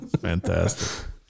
Fantastic